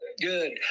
Good